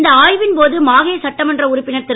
இந்த ஆய்வின்போது மாஹே சட்டமன்ற உறுப்பினர் திரு